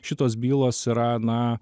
šitos bylos yra na